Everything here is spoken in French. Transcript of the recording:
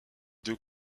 deux